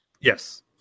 yes